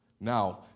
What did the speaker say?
Now